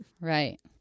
Right